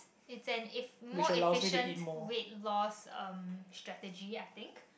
it's an if more efficient weight loss strategy I think